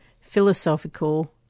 philosophical